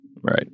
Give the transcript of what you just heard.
Right